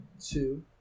two